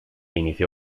inició